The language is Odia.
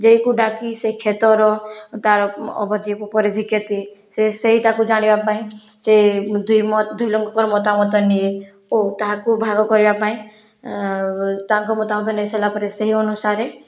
ଜେଇକୁ ଡାକି ସେ କ୍ଷେତର ତାର ଅବଧି ପରିଧି କେତେ ସେ ସେଇଟାକୁ ଜାଣିବା ପାଇଁ ସେ ଦୁଇ ମତ ଦୁଇଲୋକଙ୍କର ମତାମତ ନିଏ ଓ ତାହାକୁ ଭାଗ କରିବା ପାଇଁ ତାଙ୍କ ମତାମତ ନେଇ ସାରିଲା ପରେ ସେହି ଅନୁସାରେ